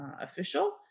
official